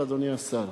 אדוני השר,